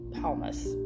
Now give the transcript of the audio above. Palmas